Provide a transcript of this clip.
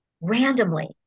randomly